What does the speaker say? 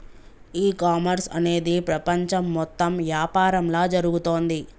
e commerce అనేది ప్రపంచం మొత్తం యాపారంలా జరుగుతోంది